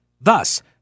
Thus